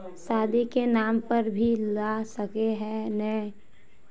शादी के नाम पर भी ला सके है नय?